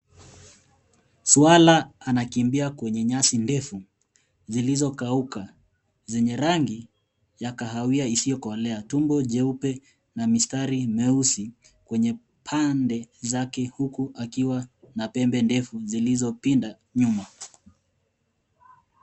Swara anakimbia kwenye nyasi ndefu, zilizokauka, zenye rangi ya kahawia isiyokolea. Tumbo jeupe na mistari myeusi, kwenye pande zake huku akiwa na pembe ndefu zilizopinda nyuma.